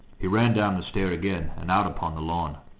he ran down the stair again, and out upon the lawn.